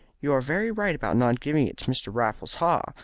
you are very right about not giving it to mr. raffles haw,